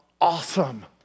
awesome